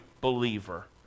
believer